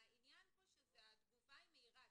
העניין הוא התגובה המהירה.